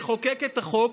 שחוקק את החוק,